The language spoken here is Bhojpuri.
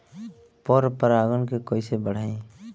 पर परा गण के कईसे बढ़ाई?